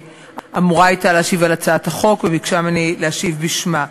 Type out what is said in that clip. שאמורה הייתה להשיב על הצעת החוק וביקשה ממני להשיב בשמה.